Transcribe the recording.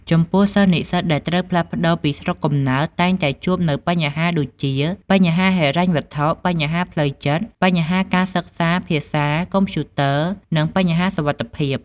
ចំំពោះសិស្សនិស្សិតដែលត្រូវផ្លាស់ផ្តូរពីស្រុកកំណើតតែងតែជួបនួវបញ្ហាដូចជា បញ្ហាហិរញ្ញវត្ថុ បញ្ហាផ្លូវចិត្ត បញ្ហាការសិក្សាភាសា កំព្យូទ័រ និងបញ្ហាសុវត្តិភាព។